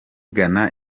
gana